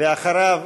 ואחריו,